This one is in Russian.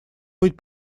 быть